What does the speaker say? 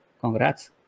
congrats